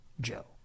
Joe